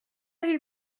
ils